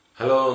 Hello